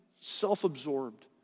self-absorbed